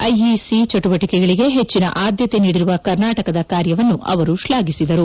IEC ಚಟುವಟಿಕೆಗಳಿಗೆ ಹೆಚ್ಚಿನ ಆದ್ನತೆ ನೀಡಿರುವ ಕರ್ನಾಟಕದ ಕಾರ್ಯವನ್ನು ಅವರು ಶ್ವಾಘಿಸಿದರು